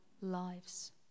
lives